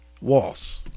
Waltz